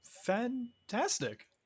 fantastic